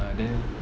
ah then